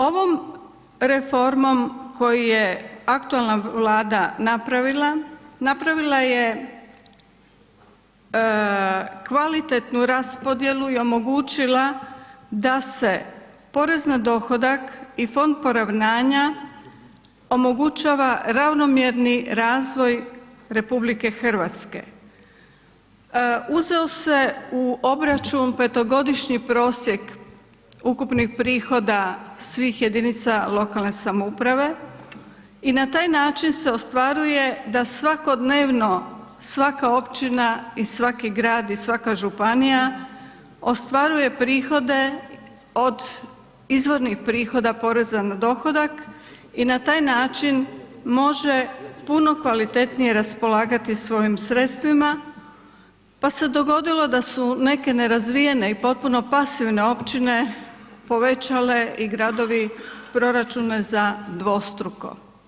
Ovom reformom koju je aktualna Vlada napravila, napravila je kvalitetnu raspodjelu i omogućila da se porez na dohodak i fond poravnanja omogućava ravnomjerni razvoj RH uzeo se u obračun petogodišnji prosjek ukupnih prihoda svih jedinica lokalne samouprave i na taj način se ostvaruje da svakodnevno svaka općina i svaki grad i svaka županija ostvaruje prihode od izvornih prihoda poreza na dohodak i na taj način može puno kvalitetnije raspolagati svojim sredstvima, pa se dogodilo da su neke nerazvijene i potpuno pasivne općine povećale i gradovi proračune za dvostruko.